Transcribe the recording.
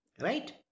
Right